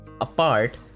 apart